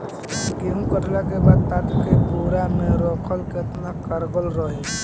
गेंहू कटला के बाद तात के बोरा मे राखल केतना कारगर रही?